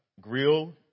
grill